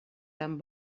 tan